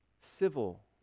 civil